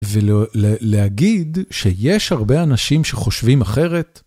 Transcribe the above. ולהגיד שיש הרבה אנשים שחושבים אחרת